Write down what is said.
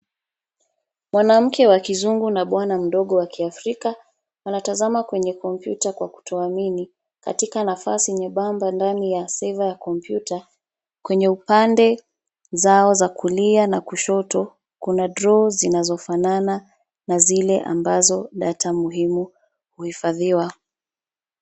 Mwanamke wa kizungu na bwana mdogo wa kiafrika, wanatazama kwenye kompyuta kwa kutoamini. Katika nafasi nyebamba ndani ya seva ya kompyuta, kwenye upande zao za kulia na kushoto, kuna dro zinazofanana na zile ambazo [csdata muhimu huhifadhiwa.